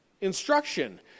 instruction